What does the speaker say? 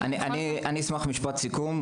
אני אשמח לומר משפט לסיכום.